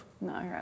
No